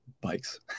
bikes